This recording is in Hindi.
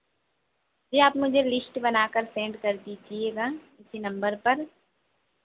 जी आप मुझे लिस्ट बनाकर सेंड कर दीजिएगा इसी नंबर पर